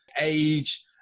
age